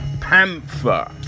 Panther